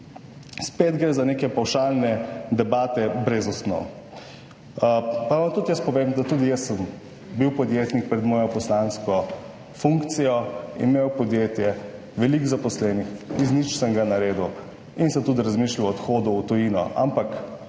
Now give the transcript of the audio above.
Spet gre za neke pavšalne debate brez osnov. Pa vam povem, da sem tudi jaz bil podjetnik pred svojo poslansko funkcijo, imel podjetje, veliko zaposlenih, iz nič sem ga naredil in sem tudi razmišljal o odhodu v tujino. Ampak,